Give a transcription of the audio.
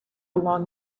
along